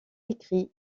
écrit